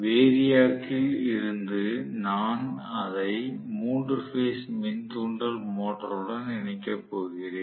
variac கில் இருந்து நான் அதை 3 பேஸ் மின் தூண்டல் மோட்டருடன் இணைக்கப் போகிறேன்